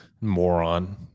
moron